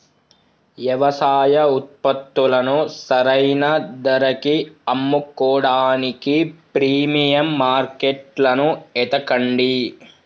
యవసాయ ఉత్పత్తులను సరైన ధరకి అమ్ముకోడానికి ప్రీమియం మార్కెట్లను ఎతకండి